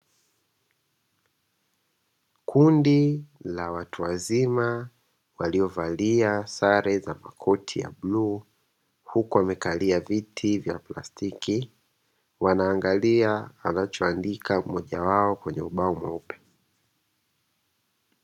Kundi la watu wazima waliovalia sare za makoti ya bluu huku wamekalia viti vya plastiki wanaangalia anachoandika mmoja wao kwenye ubao mweupe.